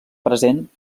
present